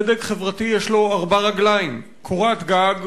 לצדק חברתי יש ארבע רגליים: קורת גג,